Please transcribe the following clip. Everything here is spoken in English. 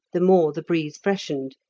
the more the breeze freshened,